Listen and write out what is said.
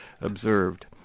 observed